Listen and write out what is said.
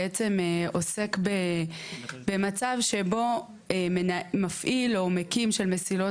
בעצם עוסק במצב שבו מפעיל או מקים של מסילות